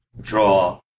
draw